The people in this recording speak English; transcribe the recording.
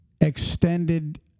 extended